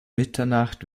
mitternacht